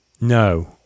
no